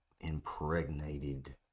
impregnated